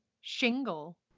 shingle